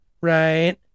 right